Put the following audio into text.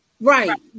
Right